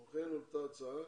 כמו כן הועלתה הצעה